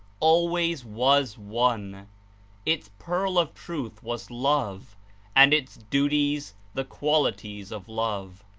always was one its pearl of truth was love and its duties the qualities of love,